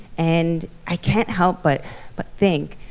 and i can't help but but think,